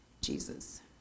Jesus